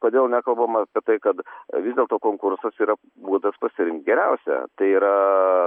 kodėl nekalbama apie tai kad vis dėlto konkursas yra būdas pasirinkt geriausią tai yra